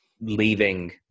leaving